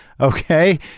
okay